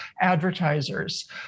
advertisers